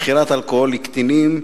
מכירת אלכוהול לקטינים,